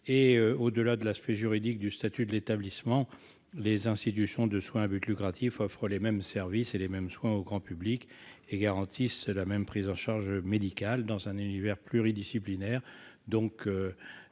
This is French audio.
Au-delà de l'aspect juridique du statut de l'établissement, les institutions de soins à but lucratif offrent les mêmes services et les mêmes soins au grand public et garantissent la même prise en charge médicale dans un univers pluridisciplinaire.